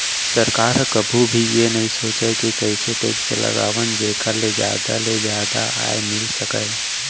सरकार ह कभू भी ए नइ सोचय के कइसे टेक्स लगावन जेखर ले जादा ले जादा आय मिल सकय